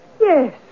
Yes